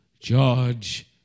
George